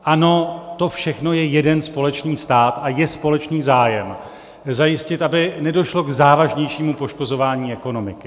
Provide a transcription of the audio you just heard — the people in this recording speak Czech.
Ano, to všechno je jeden společný stát a je společný zájem zajistit, aby nedošlo k závažnějšímu poškozování ekonomiky.